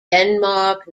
denmark